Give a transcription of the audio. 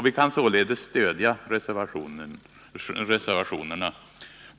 Vi kan således stödja reservationerna.